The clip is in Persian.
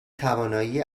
توانایی